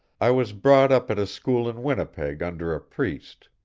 i was brought up at a school in winnipeg under a priest.